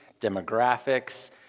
demographics